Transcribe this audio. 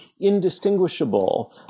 indistinguishable